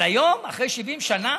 אבל היום, אחרי 70 שנה?